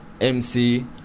MC